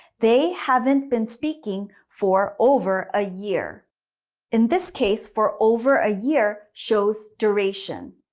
they haven't been speaking for over a year in this case, for over a year shows duration.